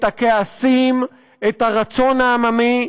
את הכעסים, את הרצון העממי,